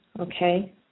Okay